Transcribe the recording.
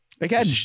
Again